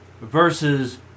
versus